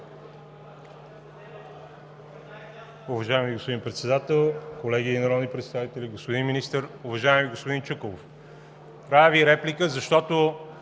Уважаеми господин Председател, колеги народни представители, господин Министър! Уважаеми господин Чуколов, правя Ви реплика, защото